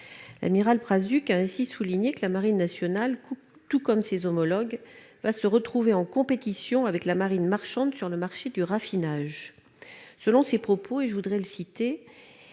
L'amiral Prazuck a ainsi souligné que la marine nationale, tout comme ses homologues, allait se trouver en compétition avec la marine marchande sur le marché du raffinage. Selon lui, « alors